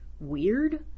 weird